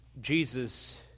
Jesus